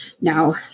now